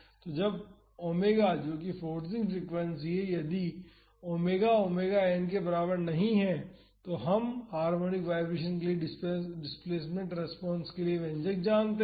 तो जब ओमेगा जो कि फोर्सिंग फ्रीक्वेंसी है यदि ओमेगा ओमेगा एन के बराबर नहीं है तो हम हार्मोनिक वाईब्रेशन के लिए डिस्प्लेसमेंट रेस्पॉन्स के लिए व्यंजक जानते हैं